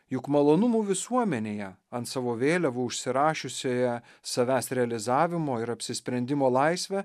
juk malonumų visuomenėje ant savo vėliavų užsirašiusioje savęs realizavimo ir apsisprendimo laisvę